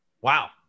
Wow